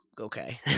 okay